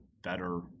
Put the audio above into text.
better